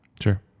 Sure